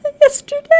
Yesterday